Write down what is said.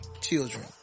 children